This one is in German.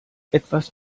etwas